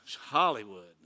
Hollywood